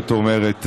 את אומרת,